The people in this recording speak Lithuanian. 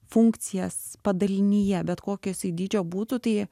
funkcijas padalinyje bet kokio jisai dydžio būtų tai